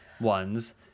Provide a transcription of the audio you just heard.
ones